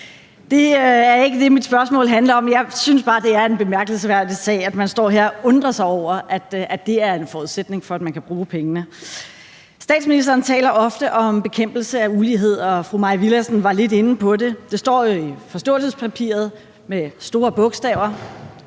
Det er ikke det, mit spørgsmål handler om. Jeg synes bare, det er en bemærkelsesværdig sag, når man står her og undrer sig over, at det er en forudsætning for, at man kan bruge pengene. Statsministeren taler ofte om bekæmpelse af ulighed, og fru Mai Villadsen var lidt inde på det. Det står i forståelsespapiret med store bogstaver.